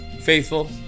Faithful